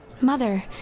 Mother